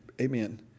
amen